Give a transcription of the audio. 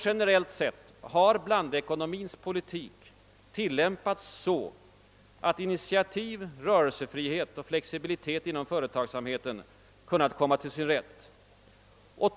Generellt sett har blandekonomins politik tillämpats så att initiativ, rörelsefrihet och flexibilitet inom företagsamheten kunnat komma till sin rätt.